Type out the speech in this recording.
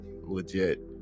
legit